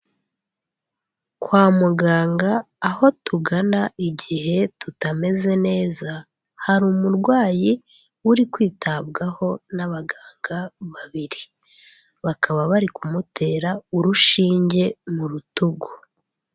Kwa muganga aho tugana igihe tutameze neza, hari umurwayi uri kwitabwaho n'abaganga babiri, bakaba bari kumutera urushinge mu rutugu.